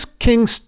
King's